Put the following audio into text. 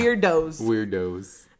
Weirdos